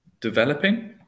developing